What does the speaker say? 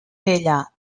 vella